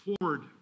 forward